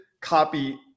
copy